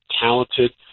talented